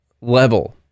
level